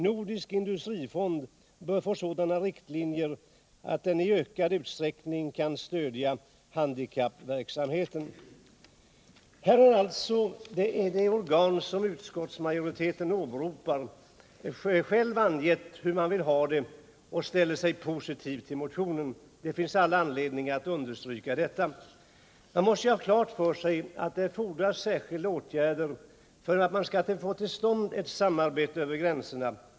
Nordisk industrifond bör få sådana riktlinjer att den i ökad utsträckning kan stödja handikappverksamhet.” Här har alltså det organ, som utskottsmajoriteten hänvisar till, själv angett hur man vill ha det och ställt sig positiv till motionen. Det finns all anledning att understryka detta. Man måste ju ha klart för sig att det fordras särskilda åtgärder för att man skall få till stånd ett samarbete över gränserna.